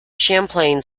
champlain